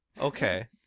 Okay